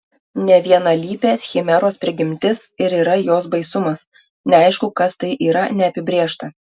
nevienalypė chimeros prigimtis ir yra jos baisumas neaišku kas tai yra neapibrėžta